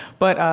but, ah,